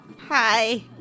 Hi